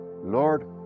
Lord